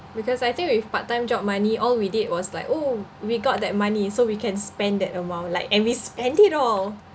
because I think with part time job money all we did was like oh we got that money so we can spend that amount like and we spend it all